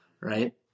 right